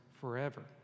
forever